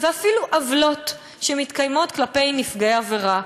ואפילו עוולות שמתקיימות כלפי נפגעי עבירה,